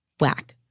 Whack